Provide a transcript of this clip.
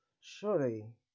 Surely